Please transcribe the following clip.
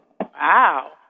Wow